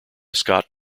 scott